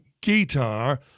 guitar